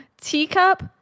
Teacup